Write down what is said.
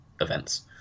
events